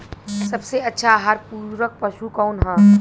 सबसे अच्छा आहार पूरक पशु कौन ह?